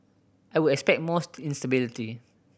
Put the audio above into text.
I would expect more instability